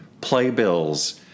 playbills